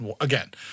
again